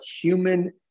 human